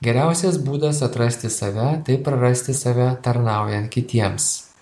geriausias būdas atrasti save tai prarasti save tarnaujant kitiems